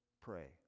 Pray